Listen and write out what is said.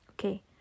Okay